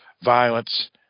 violence